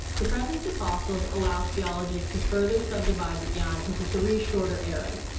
the presence of fossils allows geologists to further subdivide the eon into three shorter eras,